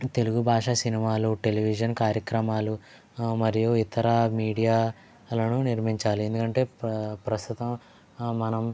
తెలుగు భాషా సినిమాలు టెలివిజన్ కార్యక్రమాలు మరియు ఇతర మీడియాలను నిర్మించాలి ఎందుకంటే ప్రస్తుతం మనం